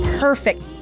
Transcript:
perfect